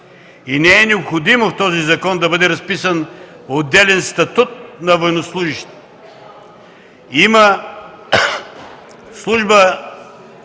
и не е необходимо в този закон да бъде разписан отделен статут на военнослужещите. Има служба